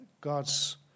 God's